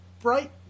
bright